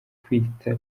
kwita